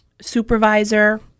supervisor